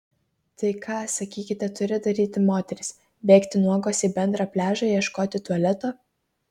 tai ką sakykite turi daryti moterys bėgti nuogos į bendrą pliažą ieškoti tualeto